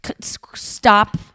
stop